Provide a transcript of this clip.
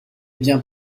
bien